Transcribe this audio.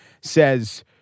says